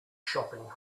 shopping